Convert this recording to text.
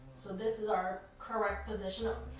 so this is our correct position.